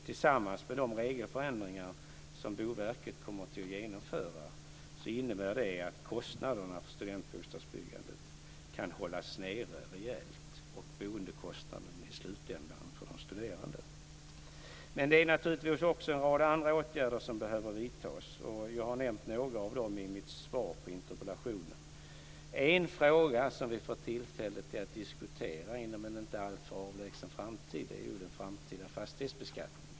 Tillsammans med de regeländringar som Boverket kommer att genomföra innebär det att kostnaderna för studentbostadsbyggandet och i slutändan boendekostnaden för de studerande kan hålla nere rejält. Det är naturligtvis också en rad andra åtgärder som behöver vidtas, och jag har nämnt några av dem i mitt svar på interpellationen. En fråga som vi får tillfälle att diskutera inom en inte alltför avlägsen framtid är den framtida fastighetsbeskattningen.